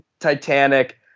Titanic